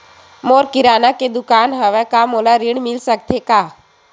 मोर किराना के दुकान हवय का मोला ऋण मिल सकथे का?